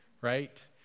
right